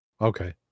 Okay